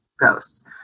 ghosts